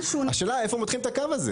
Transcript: השאלה איפה מותחים את הקו הזה?